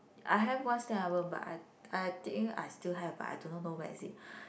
I have one stamp album but I I think I still have but I don't know know where is it